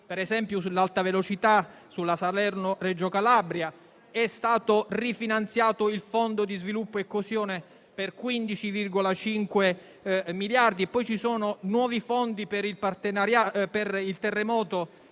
ad esempio sull'alta velocità, sulla Salerno-Reggio Calabria; è stato rifinanziato il fondo per lo sviluppo e la coesione per 15,5 miliardi e sono stanziati nuovi fondi per il terremoto